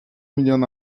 milyon